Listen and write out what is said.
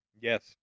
Yes